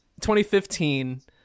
2015